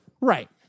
Right